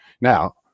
Now